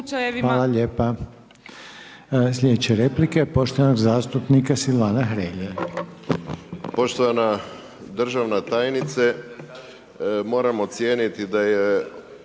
Hvala lijepa. Sljedeće replike poštovanog zastupnika Silvana Hrelje.